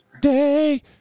day